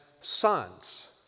sons